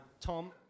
Tom